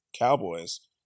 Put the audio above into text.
Cowboys